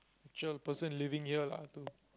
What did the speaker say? picture of the person living here lah to